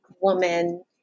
woman